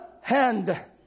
hand